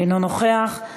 אינו נוכח,